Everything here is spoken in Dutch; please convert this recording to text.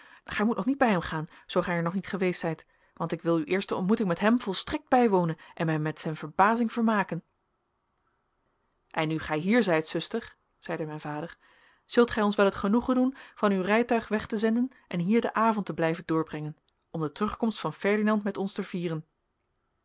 gij moet nog niet bij hem gaan zoo gij er nog niet geweest zijt want ik wil uw eerste ontmoeting met hem volstrekt bijwonen en mij met zijn verbazing vermaken en nu gij hier zijt zuster zeide mijn vader zult gij ons wel het genoegen doen van uw rijtuig weg te zenden en hier den avond te blijven doorbrengen om de terugkomst van ferdinand met ons te vieren